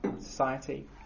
society